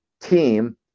team